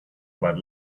about